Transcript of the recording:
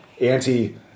anti